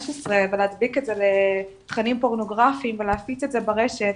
ולהדביק את זה לתכנים פורנוגרפיים ולהפיץ את זה ברשת,